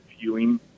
viewing